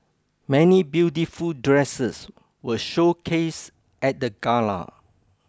many beautiful dresses were showcased at the gala